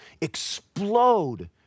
explode